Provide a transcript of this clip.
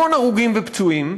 המון הרוגים ופצועים,